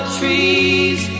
trees